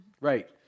right